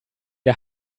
der